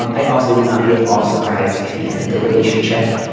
um i also would not be at all surprised if he ended the relationship.